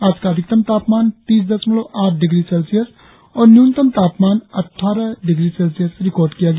आज का अधिकतम तापमान तीस दशमलव आठ डिग्री सेल्सियस और न्यूनतम तापमान अट़ठारह डिग्री सेल्सियस रिकार्ड किया गया